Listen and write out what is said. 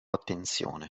attenzione